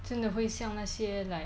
真的会像那些 like